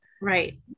Right